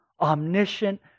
omniscient